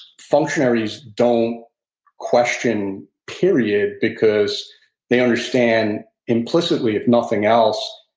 functionaries don't question period, because they understand implicitly, if nothing else,